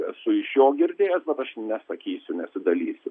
esu iš jo girdėjęs bet aš nesakysiu nesidalysiu